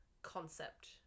Concept